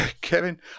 Kevin